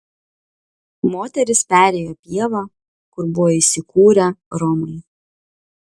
moterys perėjo pievą kur buvo įsikūrę romai